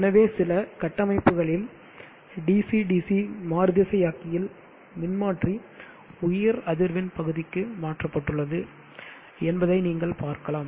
எனவே சில கட்டமைப்புகளில் DC DC மாறுதிசையாக்கியில் மின்மாற்றி உயர் அதிர்வெண் பகுதிக்கு மாற்றப்பட்டுள்ளது என்பதை நீங்கள் பார்க்கலாம்